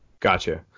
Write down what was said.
gotcha